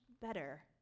better